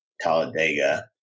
Talladega